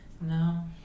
no